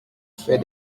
fait